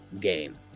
game